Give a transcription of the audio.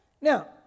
Now